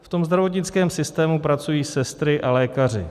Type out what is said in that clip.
V tom zdravotnickém systému pracují sestry a lékaři.